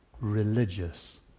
religious